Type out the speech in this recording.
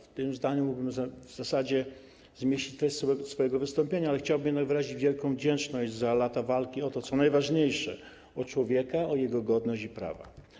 W tym zdaniu mógłbym w zasadzie zmieścić treść swojego wystąpienia, ale chciałbym wyrazić wielką wdzięczność za lata walki o to, co najważniejsze - o człowieka, o jego godność i prawa.